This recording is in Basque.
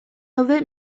daude